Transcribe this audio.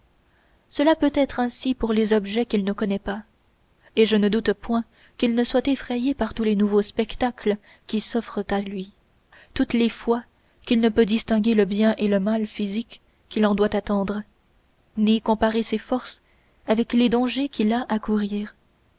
cela peut être ainsi pour les objets qu'il ne connaît pas et je ne doute point qu'il ne soit effrayé par tous les nouveaux spectacles qui s'offrent à lui toutes les fois qu'il ne peut distinguer le bien et le mal physiques qu'il en doit attendre ni comparer ses forces avec les dangers qu'il a à courir